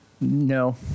No